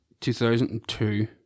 2002